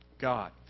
God